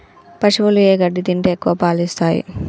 పశువులు ఏ గడ్డి తింటే ఎక్కువ పాలు ఇస్తాయి?